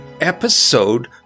episode